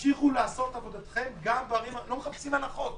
תמשיכו לעשות עבודתכם, אנחנו לא מחפשים הנחות,